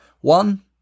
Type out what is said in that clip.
One